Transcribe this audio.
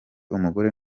umugore